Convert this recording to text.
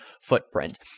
footprint